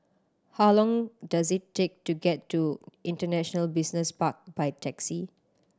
how long does it take to get to International Business Park by taxi